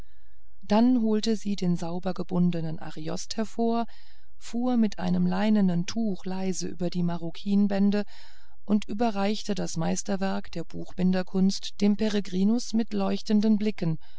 dann holte sie den sauber gebundenen ariost hervor fuhr mit einem leinenen tuch leise über die maroquinbände und überreichte das meisterwerk der buchbinderkunst dem peregrinus mit leuchtenden blicken